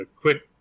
quick